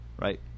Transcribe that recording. right